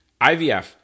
IVF